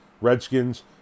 Redskins